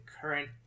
current